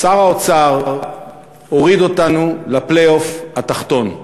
שר האוצר הוריד אותנו לפלייאוף התחתון.